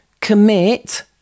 Commit